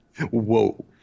Whoa